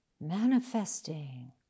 manifesting